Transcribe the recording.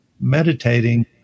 meditating